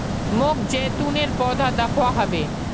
मोक जैतूनेर पौधा दखवा ह बे